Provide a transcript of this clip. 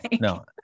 No